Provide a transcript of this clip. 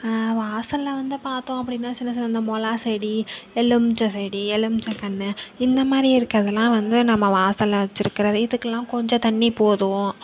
வாசலில் வந்து பார்த்தோம் அப்படினா சின்ன சின்ன இந்த மொளாக செடி எலுமிச்சை செடி எலுமிச்சை கன்று இந்தமாதிரி இருக்கிறதலாம் வந்து நம்ம வாசலில் வச்சிருக்கிறது இதுக்கெல்லாம் கொஞ்சம் தண்ணி போதும்